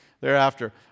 thereafter